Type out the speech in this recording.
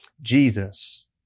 Jesus